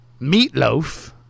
Meatloaf